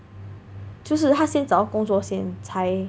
就是他先找个工作先才